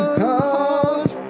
heart